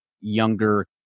younger